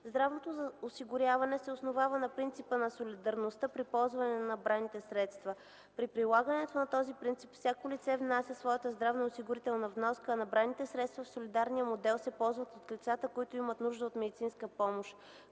Здравното осигуряване се основава на принципа на солидарността при ползване на набраните средства. При прилагането на този принцип всяко лице внася своята здравноосигурителна вноска, а набраните средства в солидарния фонд се ползват от лицата, които имат нужда от медицинска помощ,